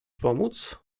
pomóc